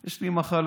יש לי מחלה.